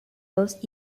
dos